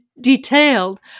detailed